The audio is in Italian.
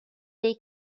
dei